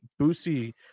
Boosie